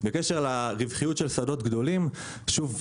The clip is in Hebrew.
בקשר לרווחיות של שדות גדולים שוב,